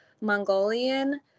Mongolian